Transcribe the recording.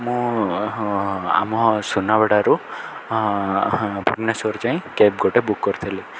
ମୁଁ ଆମ ସୁନାବଡ଼ାରୁ ଭୁବନେଶ୍ୱର ଯାଇଁ କ୍ୟାବ୍ ଗୋଟେ ବୁକ୍ କରିଥିଲି